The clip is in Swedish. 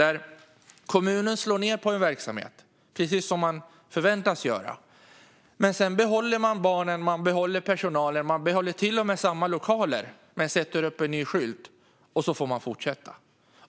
En kommun slår ned på en verksamhet, precis som man förväntas göra, men man behåller barnen och personalen och behåller till och med lokalerna men sätter upp en ny skylt och får då fortsätta.